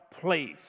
place